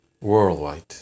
worldwide